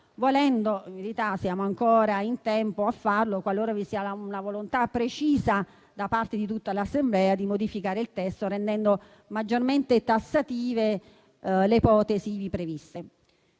Volendo, siamo ancora in tempo a farlo, qualora vi sia una volontà precisa da parte di tutta l'Assemblea di modificare il testo rendendo maggiormente tassative le ipotesi ivi previste.